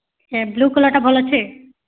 ଏ blue କଲ୍ରଟା ଭଲ୍ ଅଛେ